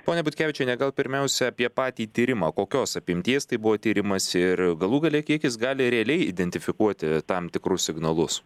ponia butkevičiene gal pirmiausia apie patį tyrimą kokios apimties tai buvo tyrimas ir galų gale kiek jis gali realiai identifikuoti tam tikrus signalus